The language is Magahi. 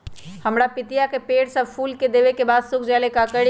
हमरा पतिता के पेड़ सब फुल देबे के बाद सुख जाले का करी?